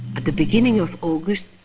the beginning of august,